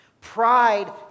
Pride